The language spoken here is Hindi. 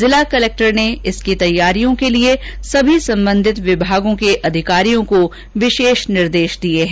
जिला कलक्टर ने इसकी तैयारियों के लि सभी संबंधित विभागों के अधिकारियों को विशेष निर्देश दिये है